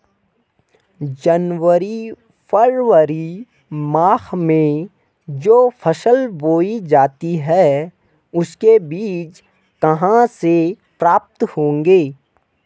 जनवरी फरवरी माह में जो फसल बोई जाती है उसके बीज कहाँ से प्राप्त होंगे?